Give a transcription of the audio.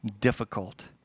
difficult